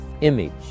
image